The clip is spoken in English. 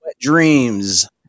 Dreams